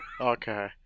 Okay